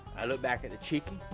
i look back at the chicken,